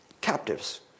Captives